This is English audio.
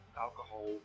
alcohol